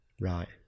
Right